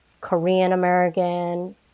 Korean-American